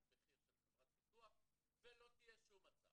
מחיר של חברת ביטוח ולא תהיה שום הצעה.